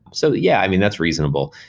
so yeah, i mean that's reasonable.